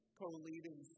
co-leading